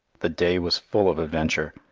the day was full of adventure.